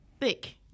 thick